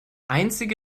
einzige